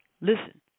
listen